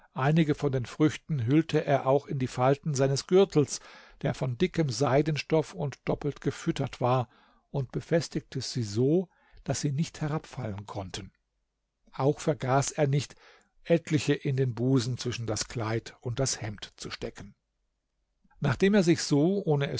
einige von den früchten hüllte er auch in die falten seines gürtels der von dickem seidenstoff und doppelt gefüttert war und befestigte sie so daß sie nicht herabfallen konnten auch vergaß er nicht etliche in den busen zwischen das kleid und das hemd zu stecken nachdem er sich so ohne